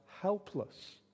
helpless